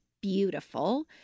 beautiful